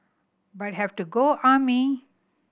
but have to go army